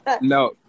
No